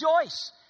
rejoice